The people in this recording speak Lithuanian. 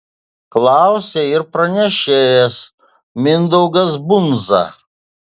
klausė ir pranešėjas mindaugas bundza